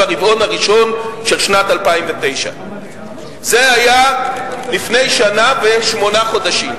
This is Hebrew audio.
"ברבעון הראשון של שנת 2009". זה היה לפני שנה ושמונה חודשים.